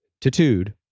tattooed